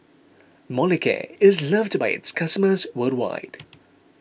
Molicare is loved by its customers worldwide